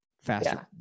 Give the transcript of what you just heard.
faster